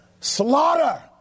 slaughter